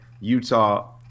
Utah